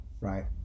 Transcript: right